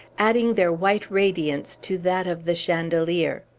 adding their white radiance to that of the chandelier.